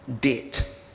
debt